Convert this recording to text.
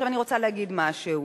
אני רוצה להגיד משהו.